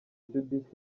judith